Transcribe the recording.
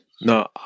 No